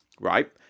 right